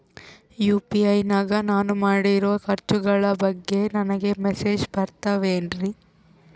UPI ನಾಗ ನಾನು ಮಾಡಿರೋ ಖರ್ಚುಗಳ ಬಗ್ಗೆ ನನಗೆ ಮೆಸೇಜ್ ಬರುತ್ತಾವೇನ್ರಿ?